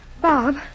Bob